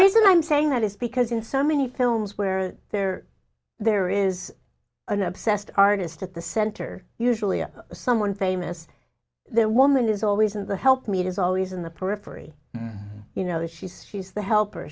reason i'm saying that is because in so many films where there there is an obsessed artist at the center usually someone famous the woman is always in the helpmeet is always in the periphery and you know that she's she's the helper